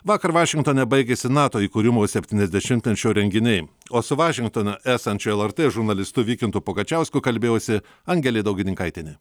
vakar vašingtone baigėsi nato įkūrimo septyniasdešimtmečio renginiai o su vašingtone esančiu lrt žurnalistu vykintu pugačiausku kalbėjosi angelė daugininkaitienė